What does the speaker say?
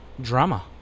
Drama